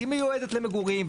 היא מיועדת למגורים.